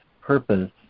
purpose